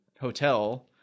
hotel